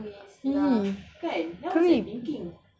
!ee! creep